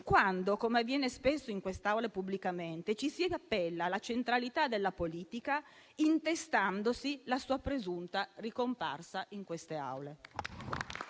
quando, come avviene spesso, in quest'Aula e pubblicamente, ci si appella alla centralità della politica, intestandosi la sua presunta ricomparsa in queste Aule.